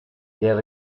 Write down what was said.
del